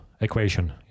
equation